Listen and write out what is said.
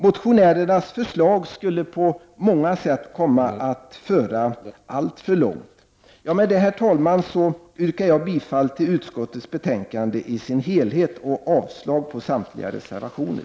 Motionärens förslag skulle föra alltför långt. Herr talman! Med det anförda yrkar jag bifall till utskottets hemställan och avslag på samtliga reservationer.